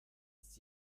its